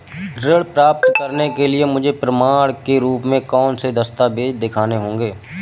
ऋण प्राप्त करने के लिए मुझे प्रमाण के रूप में कौन से दस्तावेज़ दिखाने होंगे?